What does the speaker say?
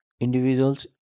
individuals